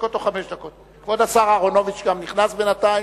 כבוד השר אהרונוביץ כבר נכנס בינתיים.